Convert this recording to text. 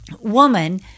woman